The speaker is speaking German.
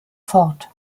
fort